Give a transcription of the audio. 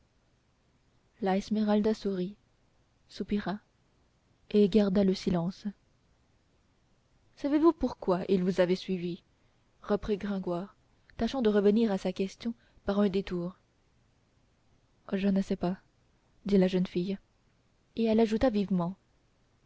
la esmeralda sourit soupira et garda le silence savez-vous pourquoi il vous avait suivie reprit gringoire tâchant de revenir à sa question par un détour je ne sais pas dit la jeune fille et elle ajouta vivement